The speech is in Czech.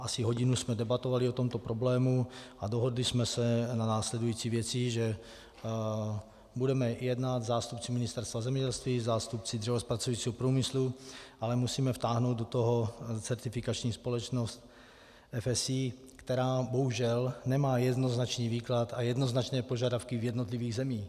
Asi hodinu jsme debatovali o tomto problému a dohodli jsme se na následující věci, že budeme jednat zástupci Ministerstva zemědělství, zástupci dřevozpracujícího průmyslu, ale musíme vtáhnout do toho certifikační společnost FSC, která bohužel nemá jednoznačný výklad a jednoznačné požadavky v jednotlivých zemích.